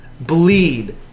bleed